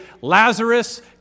Lazarus